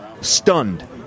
stunned